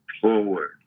forward